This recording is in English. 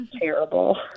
terrible